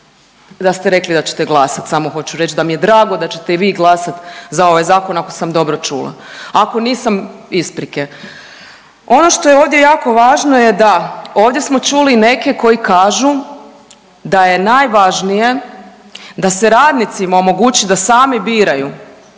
da ste rekli da ćete glasat, samo hoću reć da mi je drago da ćete i vi glasat za ovaj zakon ako sam dobro čula, ako nisam isprike. Ono što je ovdje jako važno je da ovdje smo čuli neke koji kažu da je najvažnije da se radnicima omogući da sami biraju